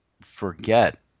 forget